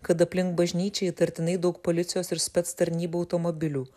kad aplink bažnyčią įtartinai daug policijos ir spec tarnybų automobilių